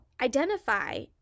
identify